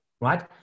right